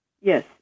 Yes